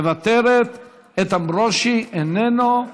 מוותרת, איתן ברושי, איננו,